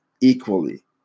equally